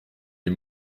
les